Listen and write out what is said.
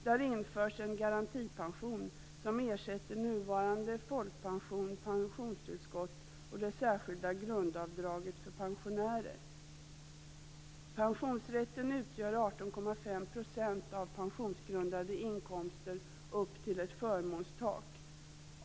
Det införs en garantipension som ersätter nuvarande folkpension, pensionstillskott och det särskilda grundavdraget för pensionärer. Pensionsrätten utgör 18,5 % av pensionsgrundande inkomster upp till ett förmånstak.